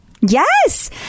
yes